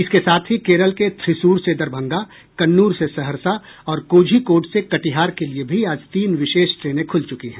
इसके साथ ही केरल के थ्रिसूर से दरभंगा कन्नूर से सहरसा और कोझिकोड से कटिहार के लिये भी आज तीन विशेष ट्रेनें खुल चुकी हैं